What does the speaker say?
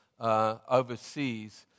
Overseas